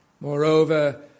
Moreover